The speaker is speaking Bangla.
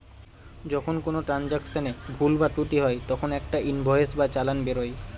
যখন কোনো ট্রান্সাকশনে ভুল বা ত্রুটি হয় তখন একটা ইনভয়েস বা চালান বেরোয়